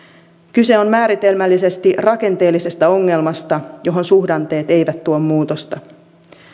kyse on määritelmällisesti rakenteellisesta ongelmasta johon suhdanteet eivät tuo muutosta